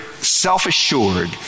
self-assured